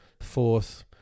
fourth